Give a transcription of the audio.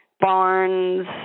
barns